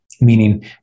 meaning